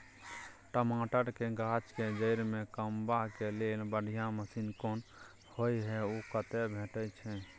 टमाटर के गाछ के जईर में कमबा के लेल बढ़िया मसीन कोन होय है उ कतय भेटय छै?